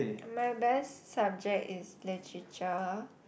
my best subject is Literature